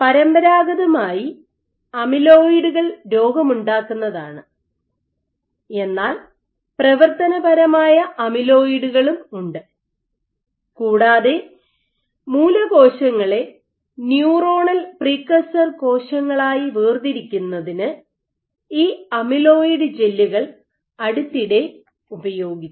പരമ്പരാഗതമായി അമിലോയിഡുകൾ രോഗമുണ്ടാക്കുന്നതാണ് എന്നാൽ പ്രവർത്തനപരമായ അമിലോയിഡുകളും ഉണ്ട് കൂടാതെ മൂലകോശങ്ങളെ ന്യൂറോണൽ പ്രീകഴ്സർ കോശങ്ങളായി വേർതിരിക്കുന്നതിന് ഈ അമിലോയിഡ് ജെല്ലുകൾ അടുത്തിടെ ഉപയോഗിച്ചു